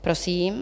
Prosím.